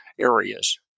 areas